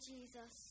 Jesus